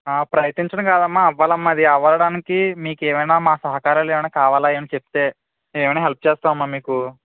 ప్రయత్నించడం కాదమ్మా అవ్వాలమ్మా అది అవ్వడానికి మీకు ఏమైనా మా సహకారాలు కావాలా ఏమైనా చెప్తే మేము ఏమైనా హెల్ప్ చేస్తాము అమ్మా మీకు